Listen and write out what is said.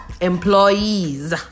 employees